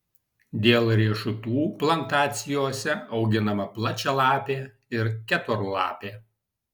dėl riešutų plantacijose auginama plačialapė ir keturlapė